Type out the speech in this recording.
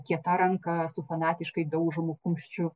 kieta ranka su fanatiškai daužomu kumščiu